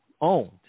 owned